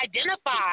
identify